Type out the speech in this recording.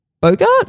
Bogart